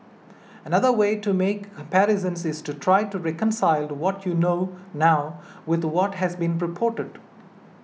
another way to make comparisons is to try to reconcile what you know now with what has been reported